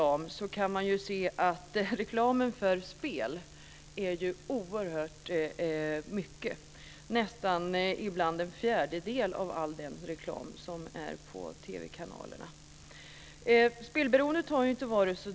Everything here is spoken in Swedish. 9-15.